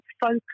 focus